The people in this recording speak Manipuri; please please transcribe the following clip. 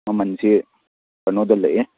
ꯃꯃꯜꯁꯤ ꯀꯩꯅꯣꯗ ꯂꯩꯌꯦ